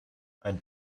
ein